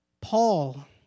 Paul